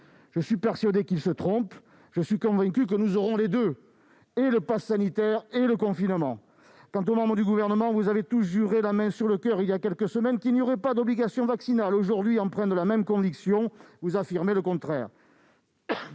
Je suis persuadé qu'il se trompe, et je suis convaincu que nous aurons les deux : et le passe sanitaire, et le confinement. Exact ! Quant aux membres du Gouvernement, ils ont tous juré la main sur le coeur, il y a quelques semaines, qu'il n'y aurait pas d'obligation vaccinale. Aujourd'hui, empreints de la même conviction, ils affirment le contraire